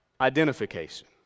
identification